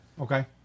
Okay